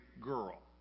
girl